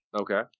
Okay